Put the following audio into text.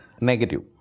negative